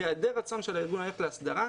בהיעדר רצון של הארגון ללכת להסדרה,